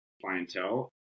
clientele